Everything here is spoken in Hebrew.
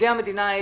עובדי מבקר המדינה.